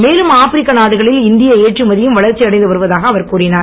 மேலும் ஆப்பிரிக்க நாடுகளின் இந்திய ஏற்மதியும் வளர்ச்சி அடைந்து வருவதாக அவர் கூறினார்